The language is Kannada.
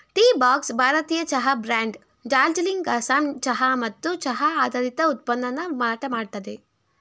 ಟೀಬಾಕ್ಸ್ ಭಾರತೀಯ ಚಹಾ ಬ್ರ್ಯಾಂಡ್ ಡಾರ್ಜಿಲಿಂಗ್ ಅಸ್ಸಾಂ ಚಹಾ ಮತ್ತು ಚಹಾ ಆಧಾರಿತ ಉತ್ಪನ್ನನ ಮಾರಾಟ ಮಾಡ್ತದೆ